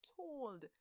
told